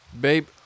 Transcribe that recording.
Babe